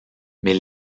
mais